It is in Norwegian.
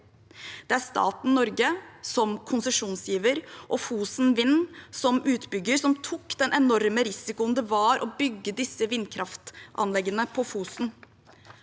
Det er staten Norge, som konsesjonsgiver, og Fosen Vind, som utbygger, som tok den enorme risikoen det var å bygge disse vindkraftanleggene på Fosen.